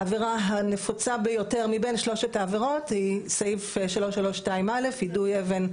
העבירה הנפוצה ביותר מבין שלושת העבירות היא סעיף 332 א': יידוי אבן,